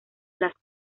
las